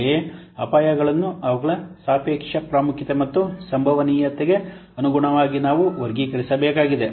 ಹಾಗೆಯೇ ಅಪಾಯಗಳನ್ನು ಅವುಗಳ ಸಾಪೇಕ್ಷ ಪ್ರಾಮುಖ್ಯತೆ ಮತ್ತು ಸಂಭವನೀಯತೆಗೆ ಅನುಗುಣವಾಗಿ ನಾವು ವರ್ಗೀಕರಿಸಬೇಕಾಗಿದೆ